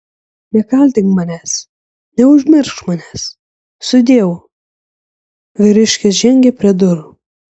nekaltink manęs neužmiršk manęs sudieu vyriškis žengė prie durų